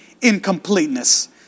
incompleteness